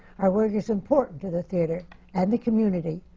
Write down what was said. our work is important to the theatre and the community,